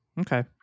Okay